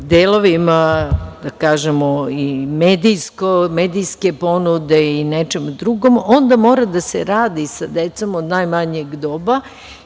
delovima da kažemo i medijske ponude i nečem drugom, onda mora da se radi sa decom od najmanjeg doba